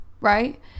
right